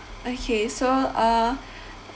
okay so uh